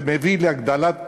זה מביא להגדלת פערים,